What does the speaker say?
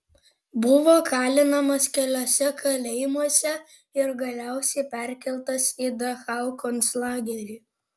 buvo kalinamas keliuose kalėjimuose ir galiausiai perkeltas į dachau konclagerį